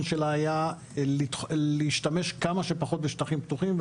שלה היה להשתמש כמה שפחות בשטחים פתוחים,